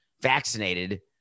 vaccinated